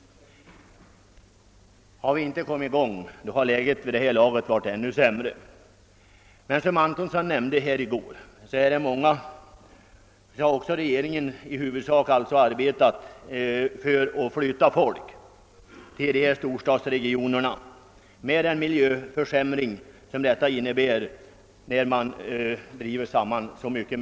Hade vi inte tillgripit denna metod hade läget dock varit ännu sämre. Som herr Antonsson i går nämnde har många, även regeringen, verkat för att människor flyttar till storstadsregionerna med den miljöförsämring som blir följden av att så många dras samman till vissa platser.